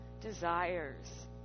desires